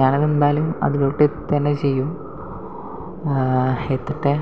ഞാൻ അത് എന്തായാലും അതിലോട്ട് എത്തുക തന്നെ ചെയ്യും എത്തട്ടെ